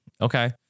Okay